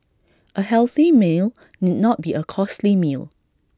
A healthy meal need not be A costly meal